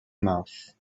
mouth